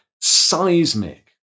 Seismic